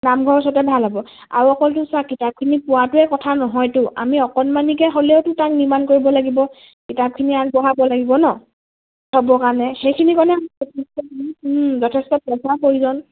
নামঘৰ ওচৰতে ভাল হ'ব আৰু অকলতো চোৱা কিতাপখিনি পোৱাটোৱে কথা নহয়তো আমি অকণমানিকে হ'লেওতো তাক নিৰ্মাণ কৰিব লাগিব কিতাপখিনি আগবঢ়াব লাগিব ন চবৰ কাৰণে সেইখিনি কাৰণে যথেষ্ট পইচাৰ প্ৰয়োজন